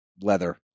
leather